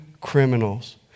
criminals